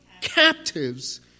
captives